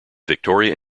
victoria